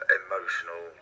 emotional